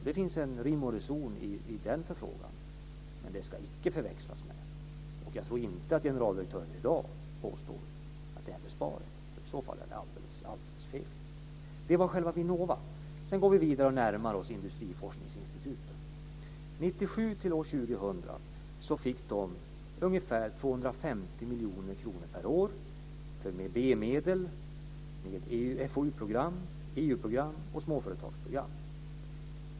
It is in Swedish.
Det finns rim och reson i den förfrågan men det ska icke förväxlas med annat. Jag tror inte att generaldirektören i dag påstår att det är fråga om en besparing; i så fall är det alldeles fel. Så långt själva Sedan går vi vidare och närmar oss industriforskningsinstituten. 1997-2000 fick de ungefär 250 miljoner kronor per år - B-medel, och det gäller då FoU program, EU-program och småföretagsprogram.